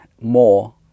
more